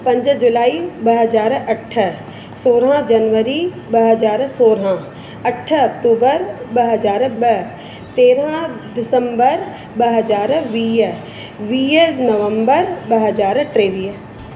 पंज जुलाई ॿ हजार अठ सोरहं जनवरी ॿ हज़ार सोरहं अठ अक्टूबर ॿ हज़ार ॿ तेरहं दिसंबर ॿ हज़ार वीह वीह नवंबर ॿ हज़ार टेवीह